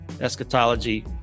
eschatology